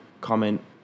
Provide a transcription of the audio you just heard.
comment